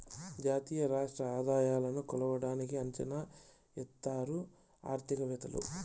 జాతీయ రాష్ట్ర ఆదాయాలను కొలవడానికి అంచనా ఎత్తారు ఆర్థికవేత్తలు